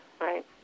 right